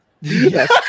Yes